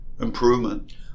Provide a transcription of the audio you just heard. improvement